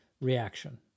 reaction